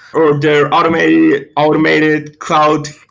or their automated automated cloud,